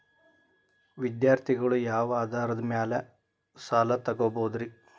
ವಿದ್ಯಾರ್ಥಿಗಳು ಯಾವ ಆಧಾರದ ಮ್ಯಾಲ ಸಾಲ ತಗೋಬೋದ್ರಿ?